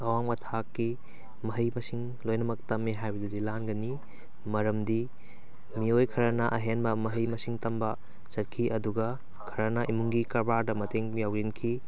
ꯑꯋꯥꯡꯕ ꯊꯥꯛꯀꯤ ꯃꯍꯩ ꯃꯁꯤꯡ ꯂꯣꯏꯅꯃꯛ ꯇꯝꯃꯦ ꯍꯥꯏꯕꯗꯨꯗꯤ ꯂꯥꯟꯒꯅꯤ ꯃꯔꯝꯗꯤ ꯃꯤꯑꯣꯏ ꯈꯔꯅ ꯑꯍꯦꯟꯕ ꯃꯍꯩ ꯃꯁꯤꯡ ꯇꯝꯕ ꯆꯠꯈꯤ ꯑꯗꯨꯒ ꯈꯔꯅ ꯏꯃꯨꯡꯒꯤ ꯀꯔꯕꯥꯔꯗ ꯃꯇꯦꯡ ꯌꯥꯎꯁꯤꯟꯈꯤ